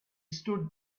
stood